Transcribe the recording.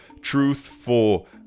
truthful